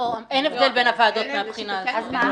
לא, אין הבדל בין הוועדות מהבחינה הזאת.